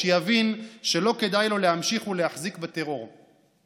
שיבין שלא כדאי לו להמשיך ולהחזיק בטרור.